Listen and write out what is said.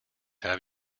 have